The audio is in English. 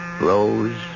Rose